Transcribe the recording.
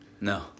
No